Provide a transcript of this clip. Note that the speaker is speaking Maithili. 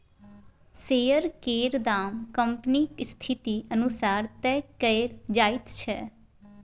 शेयर केर दाम कंपनीक स्थिति अनुसार तय कएल जाइत छै